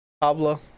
Pablo